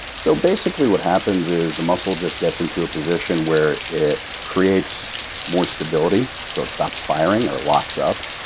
so basically what happens is, the muscle just gets into a position where it creates more stability, so it stops firing or locks up,